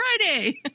Friday